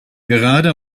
gerade